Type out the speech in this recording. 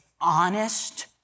honest